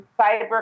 cyber